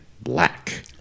black